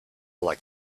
like